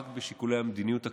רק בשיקולי המדיניות הכלליים,